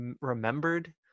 remembered